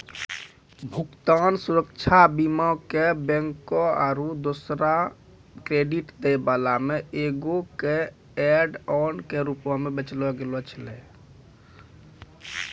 भुगतान सुरक्षा बीमा के बैंको आरु दोसरो क्रेडिट दै बाला मे एगो ऐड ऑन के रूपो मे बेचलो गैलो छलै